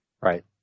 Right